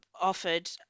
offered